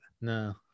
no